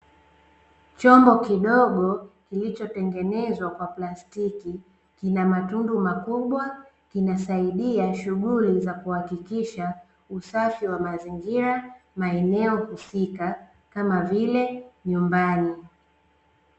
Chombo kidogo kilichotengenezwa kwa plastiki kina matundu makubwa kinasaidia shughuli za kuhakikisha usafi wa mazingira maeneo husika kama vile nyumbani.